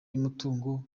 y’umutungo